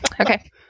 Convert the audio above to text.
Okay